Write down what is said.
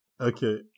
Okay